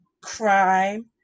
crime